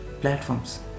platforms